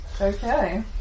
Okay